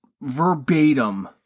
verbatim